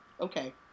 Okay